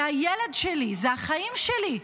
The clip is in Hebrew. זה הילד שלי, זה החיים שלי.